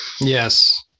Yes